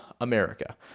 America